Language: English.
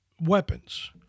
weapons